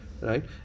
Right